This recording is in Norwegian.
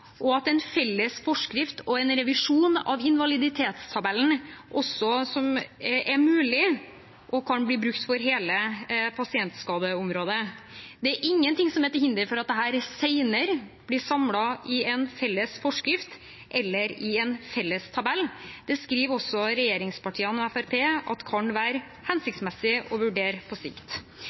og at en felles forskrift og en revisjon av invaliditetstabellen er mulig og kan bli brukt for hele pasientskadeområdet. Det er ingenting som er til hinder for at dette senere blir samlet i en felles forskrift eller i en felles tabell. Det skriver også regjeringspartiene og Fremskrittspartiet kan være hensiktsmessig å vurdere på sikt,